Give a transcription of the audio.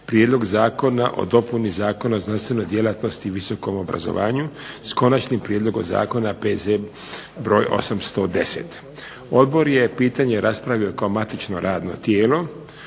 Prijedlog zakona o dopuni Zakona o znanstvenoj djelatnosti i visokom obrazovanju s konačnim prijedlogom zakona, P.Z. br. 810. Odbor je pitanje raspravio kao matično radno tijelo.